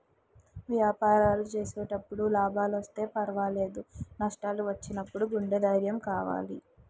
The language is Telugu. వ్యాపారం చేసేటప్పుడు లాభాలొస్తే పర్వాలేదు, నష్టాలు వచ్చినప్పుడు గుండె ధైర్యం కావాలి